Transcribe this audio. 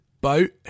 boat